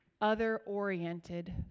other-oriented